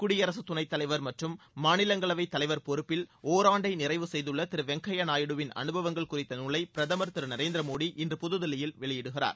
குடியரசுத் துணைத் தலைவர் மாநிலங்களவை தலைவர் பொறுப்பில் ஒராண்டை நிறைவு செய்துள்ள திரு வெங்கையா நாயுடுவிள் அனுபவங்கள் குறித்த நூலை பிரதமர் திரு நரேந்திர மோடி இன்று புது தில்லியில் வெளியிடுகிறார்